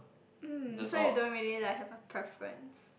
um so you don't really like have a preference